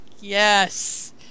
yes